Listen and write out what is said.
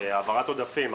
העברת עודפים,